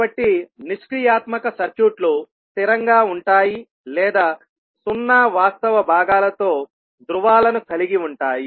కాబట్టి నిష్క్రియాత్మక సర్క్యూట్లు స్థిరంగా ఉంటాయి లేదా సున్నా వాస్తవ భాగాలతో ధ్రువాలను కలిగి ఉంటాయి